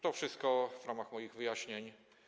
To wszystko w ramach moich wyjaśnień.